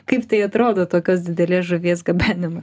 kaip tai atrodo tokios didelės žuvies gabenimas